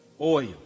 oil